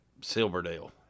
Silverdale